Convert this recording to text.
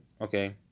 Okay